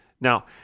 Now